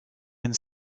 and